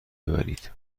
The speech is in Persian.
ببرید